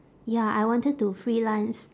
ya I wanted to freelance